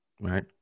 right